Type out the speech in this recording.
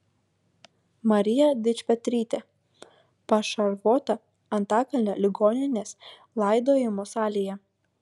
marija dičpetrytė pašarvota antakalnio ligoninės laidojimo salėje